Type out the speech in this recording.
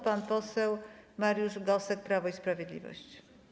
Pan poseł Mariusz Gosek, Prawo i Sprawiedliwość.